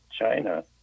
China